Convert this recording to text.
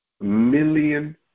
million